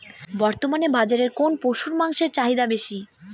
বর্তমান বাজারে কোন পশুর মাংসের চাহিদা বেশি?